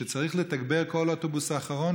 שצריך לתגבר כל אוטובוס האחרון,